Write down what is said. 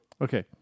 Okay